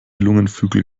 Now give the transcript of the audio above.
lungenflügel